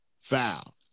foul